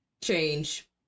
change